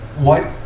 what,